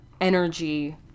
energy